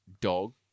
dog